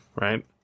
right